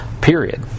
Period